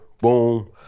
boom